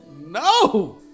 No